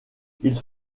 ils